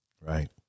Right